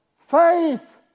faith